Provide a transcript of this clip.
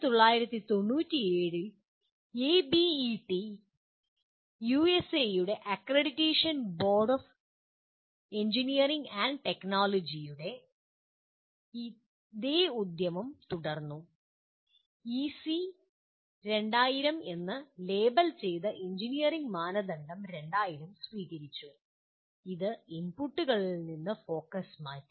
1997 ൽ എബിഇടി യുഎസ്എയുടെ accreditation board of engineering and ടെക്നോളജിയുടെ ഇതേ ഉദ്യമം തുടർന്നു ഇസി 2000 എന്ന് ലേബൽ ചെയ്ത എഞ്ചിനീയറിംഗ് മാനദണ്ഡം 2000 സ്വീകരിച്ചു ഇത് ഇൻപുട്ടുകളിൽ നിന്ന് ഫോക്കസ് മാറ്റി